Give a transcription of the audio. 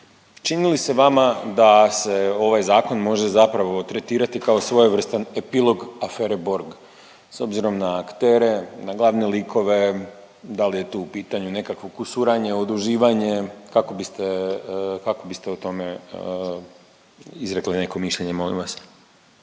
Čini li se vama da se ovaj zakon može zapravo tretirati kao svojevrstan epilog afere Borg s obzirom na aktere, na glavne likove? Da li je tu u pitanju nekakvo kusuranje, oduživanje kako biste o tome izrekli neko mišljenje molim vas?